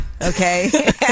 okay